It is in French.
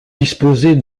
disposée